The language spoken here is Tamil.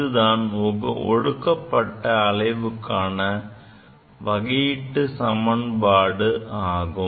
இதுதான் ஒடுக்கப்பட்ட அலைவுக்கான வகையீட்டுச் சமன்பாடு ஆகும்